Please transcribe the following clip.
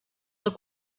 del